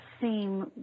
seem